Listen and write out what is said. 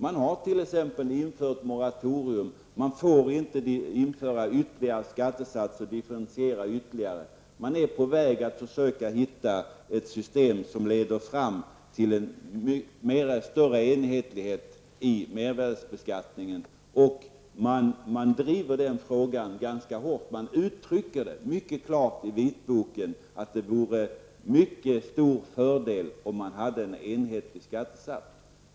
Man har t.ex. infört ett moratorium som innebär att man inte får införa ytterligare skattesatser och differentiera mer. Man försöker hitta ett system som leder fram till en större enhetlighet i mervärdebeskattningen, och den frågan drivs ganska hårt. Det är mycket klart uttryckt i Vitboken att det vore en stor fördel om det fanns en enhetlig skattesats.